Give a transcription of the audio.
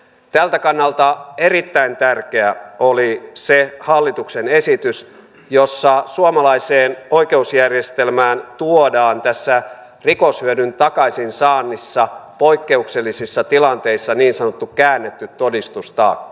tältä kannalta erittäin tärkeä oli se hallituksen esitys jossa suomalaiseen oikeusjärjestelmään tuodaan rikoshyödyn takaisinsaannissa poikkeuksellisissa tilanteissa niin sanottu käännetty todistustaakka